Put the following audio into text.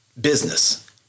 business